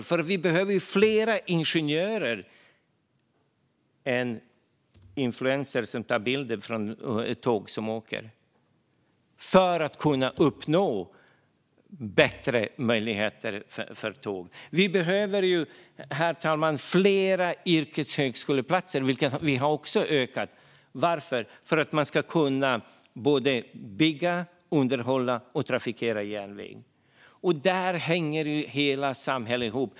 Jo, för att vi behöver fler ingenjörer än influencers för att kunna uppnå bättre möjligheter för järnvägen. Vi behöver fler yrkeshögskoleplatser, och vi har också ökat dem. Varför? Jo, för att man ska kunna både bygga, underhålla och trafikera järnväg. Där hänger hela samhället ihop.